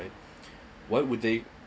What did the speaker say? what would they